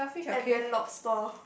and then lobster